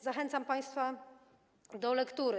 Zachęcam państwa do lektury.